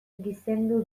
gizendu